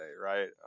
right